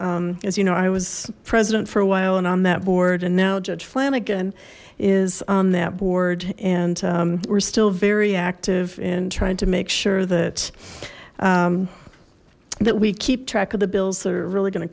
as you know i was president for a while and on that board and now judge flanagan is on that board and we're still very active and trying to make sure that that we keep track of the bills that are really going to